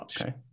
okay